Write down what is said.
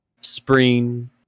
spring